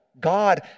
God